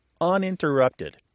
uninterrupted